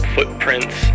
Footprints